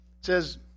says